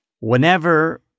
whenever